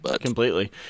completely